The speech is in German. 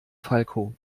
falco